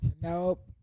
Nope